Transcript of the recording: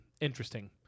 interesting